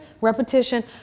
repetition